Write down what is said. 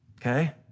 Okay